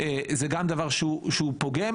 זה גם דבר שפוגם.